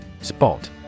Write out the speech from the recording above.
Spot